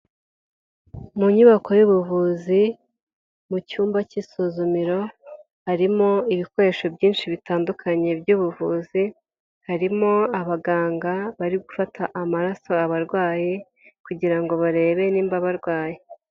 Mu nyubako y'ubuvuzi mu cyumba cy'isuzumiro harimo ibikoresho byinshi bitandukanye by'ubuvuzi, harimo abaganga bari gufata amaraso abarwayi kugirango barebe nimba barwaye.